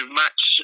match